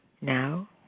Now